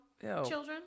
children